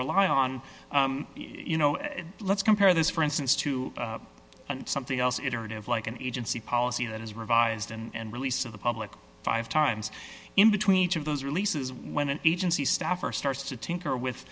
rely on you know let's compare this for instance to something else iterative like an agency policy that is revised and release of the public five times in between each of those releases when an agency staffer starts to tinker with